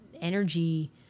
energy